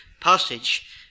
passage